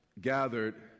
gathered